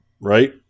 right